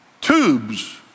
tubes